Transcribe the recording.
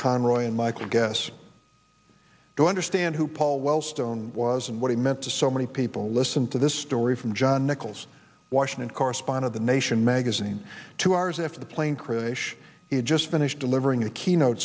conroe and michael guess to understand who paul wellstone was and what he meant to so many people listen to this story from john nichols washington correspond of the nation magazine two hours after the plane crash he had just finished delivering a keyno